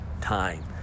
time